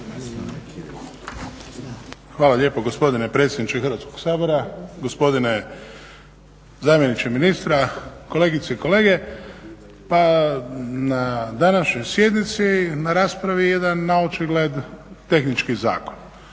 Hvala lijepo gospodine predsjedniče Hrvatskog sabora. Gospodine zamjeniče ministra, kolegice i kolege. Pa na današnjoj sjednici na raspravi je jedan naočigled tehnički zakon,